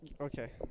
Okay